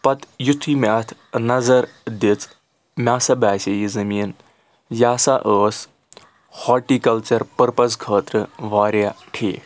پتہٕ یُتھُے مےٚ اَتھ نظر دِژ مےٚ ہَسا باسَے یہِ زٔمیٖن یہِ ہَسا ٲس ہاٹِکَلچَر پٔرپَز خٲطرٕ واریاہ ٹھیٖک